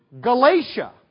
Galatia